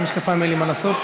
עם המשקפיים אין לי מה לעשות.